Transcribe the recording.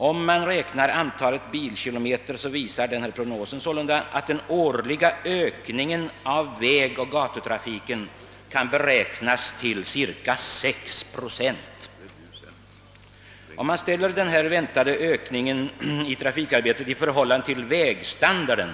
Om man räknar i antalet bilkilometer visar denna prognos att den årliga ökningen av vägoch gatutrafiken kan beräknas till cirka 6 procent. Man bör ställa denna väntade ökning av trafikarbetet i förhållande till väganslagen.